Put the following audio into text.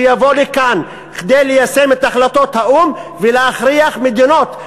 שיבוא לכאן כדי ליישם את החלטות האו"ם ולהכריח מדינות,